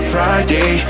Friday